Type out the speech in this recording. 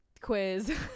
quiz